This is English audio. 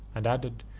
and added,